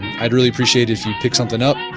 i would really appreciate if you pick something up.